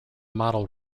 model